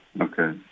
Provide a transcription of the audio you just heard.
okay